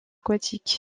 aquatiques